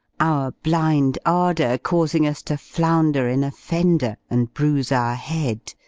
our blind ardour causing us to flounder in a fender, and bruise our head,